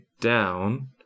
down